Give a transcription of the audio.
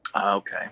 Okay